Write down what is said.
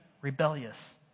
rebellious